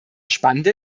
spannende